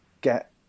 get